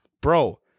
Bro